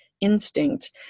instinct